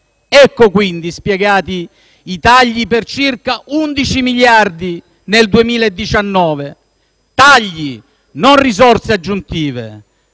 Ecco, quindi, spiegati i tagli per circa 11 miliardi di euro nel 2019: tagli, non risorse aggiuntive.